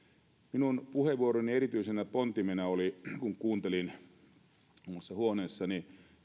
minun puheenvuoroni erityisenä pontimena oli se kun kuuntelin omassa huoneessani